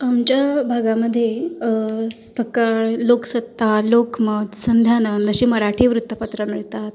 आमच्या भागामध्ये सकाळ लोकसत्ता लोकमत संध्यानंद अशी मराठी वृत्तपत्रं मिळतात